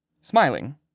Smiling